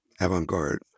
avant-garde